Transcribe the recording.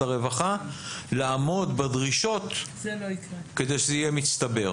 הרווחה לעמוד בדרישות כדי שזה יהיה מצטבר.